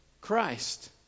Christ